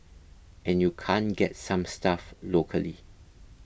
and you can't get some stuff locally